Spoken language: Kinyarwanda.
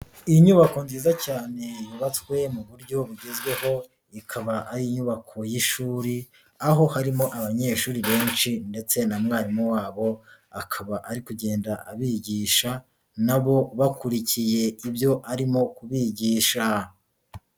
Inyubako nziza cyane yubatswe mu buryo bugezweho, ikaba ari inyubako y'ishuri aho harimo abanyeshuri benshi ndetse na mwarimu wabo akaba ari kugenda abigisha na bo bakurikiye ibyo arimo kubigisha.